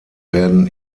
werden